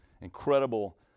incredible